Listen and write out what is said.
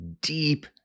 deep